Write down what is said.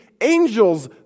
angels